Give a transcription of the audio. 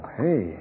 hey